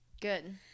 Good